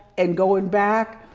and going back.